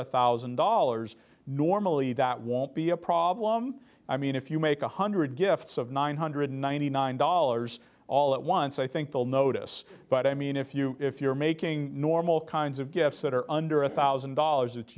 a thousand dollars normally that won't be a problem i mean if you make one hundred gifts of nine hundred ninety nine dollars all at once i think they'll notice but i mean if you if you're making normal kinds of gifts that are under a thousand dollars